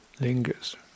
lingers